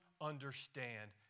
understand